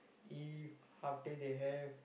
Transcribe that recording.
eve half day they have